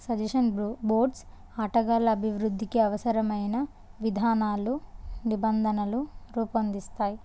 suggestion బ boards ఆటగాళ్ళ అభివృద్ధికి అవసరమైన విధానాలు నిబంధనలు రూపొందిస్తాయి